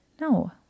no